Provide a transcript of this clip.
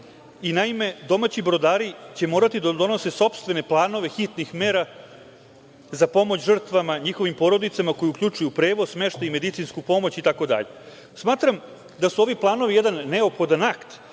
i naime, domaći brodari će morati da donose sopstvene planove hitnih mera za pomoć žrtvama, njihovim porodicama koje uključuju prevoz, smeštaj i medicinsku pomoć, itd. Smatram da su ovi planovi jedan neophodan akt